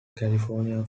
california